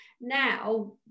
Now